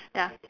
ya